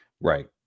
Right